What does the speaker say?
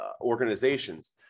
Organizations